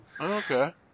Okay